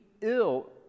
ill